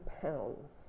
pounds